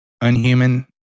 unhuman